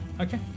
Okay